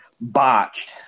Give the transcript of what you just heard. botched